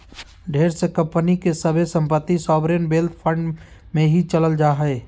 ढेर सा कम्पनी के सभे सम्पत्ति सॉवरेन वेल्थ फंड मे ही चल जा हय